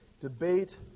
debate